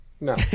No